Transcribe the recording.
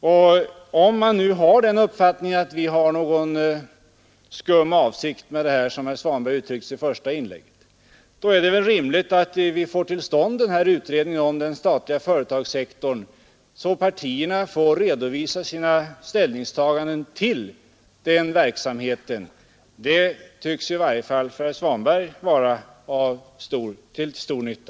Om nu herr Svanberg har den uppfattningen att vi skulle ha någon skum avsikt med motion och reservation, är det väl bäst att vi får till stånd den begärda utredningen om den statliga företagssektorn, så att partierna får redovisa sina ställningstaganden till den verksamheten. Det tycks som om det i varje fall för herr Svanberg skulle vara till stor nytta.